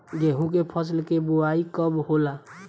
गेहूं के फसल के बोआई कब होला?